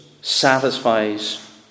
satisfies